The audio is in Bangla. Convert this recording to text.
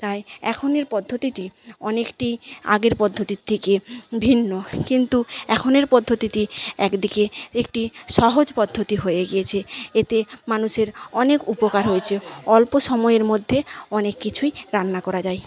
তাই এখনের পদ্ধতিটি অনেকটি আগের পদ্ধতির থেকে ভিন্ন কিন্তু এখনের পদ্ধতিতে একদিকে একটি সহজ পদ্ধতি হয়ে গিয়েছে এতে মানুষের অনেক উপকার হয়েছে অল্প সময়ের মধ্যে অনেককিছুই রান্না করা যায়